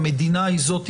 המדינה היא זאת,